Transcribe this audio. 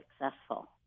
successful